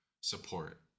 support